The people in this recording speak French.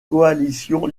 coalition